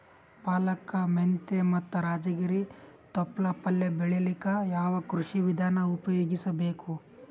ಪಾಲಕ, ಮೆಂತ್ಯ ಮತ್ತ ರಾಜಗಿರಿ ತೊಪ್ಲ ಪಲ್ಯ ಬೆಳಿಲಿಕ ಯಾವ ಕೃಷಿ ವಿಧಾನ ಉಪಯೋಗಿಸಿ ಬೇಕು?